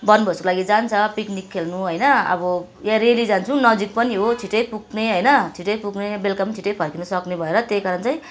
बनभोजको लागि जान्छ पिकनिक खेल्नु होइन अब यहाँ रेलि जान्छौँ नजिक पनि हो छिटै पुग्ने होइन छिटै पुग्ने बेलुका पनि छिटै फर्किन सक्ने भएर चाहिँ त्यही कारण चाहिँ